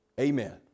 Amen